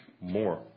more